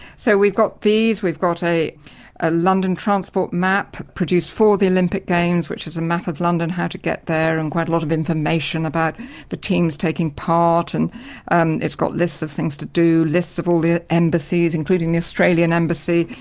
so we've got these, we've got a a london transport map produced for the olympic games, which is a map of london, how to get there, and quite a lot of information about the teams taking part. and and it's got lists of things to do, lists of all the embassies including the australian embassy.